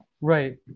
right